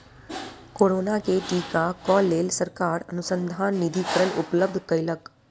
corona के टीका क लेल सरकार अनुसन्धान निधिकरण उपलब्ध कयलक